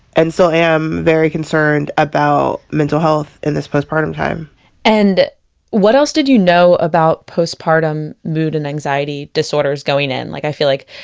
and still so am very concerned about mental health in this postpartum time and what else did you know about postpartum mood and anxiety disorders going in like i feel like